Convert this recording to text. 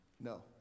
No